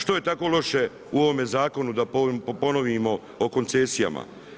Što je tako loše u ovome zakonu da ponovimo o koncesijama?